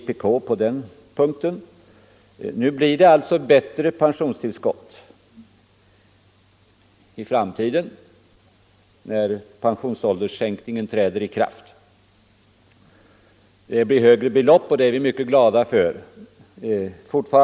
På den punkten har vi haft stöd från vpk. När pensionsålderssänkningen träder i kraft kommer pensionstillskotten att höjas, och det är vi mycket glada för.